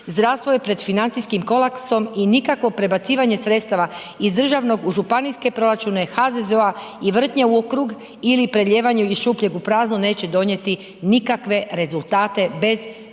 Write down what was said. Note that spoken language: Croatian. zdravstvo je pred financijskim kolapsom i nikakvo prebacivanje sredstava iz državnog u županijske proračune HZZO-a i vrtnje ukrug ili preljevanje iz šupljeg u prazno neće donijeti nikakve rezultate bez reforme,